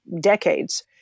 decades